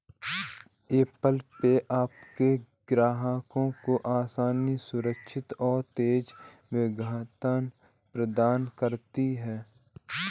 Apple Pay आपके ग्राहकों को आसान, सुरक्षित और तेज़ भुगतान प्रदान करता है